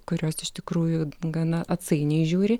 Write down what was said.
kurios iš tikrųjų gana atsainiai žiūri